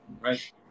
right